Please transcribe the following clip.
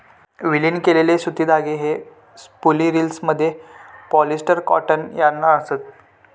विलीन केलेले सुती धागे हे स्पूल रिल्समधले पॉलिस्टर कॉटन यार्न असत